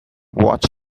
watch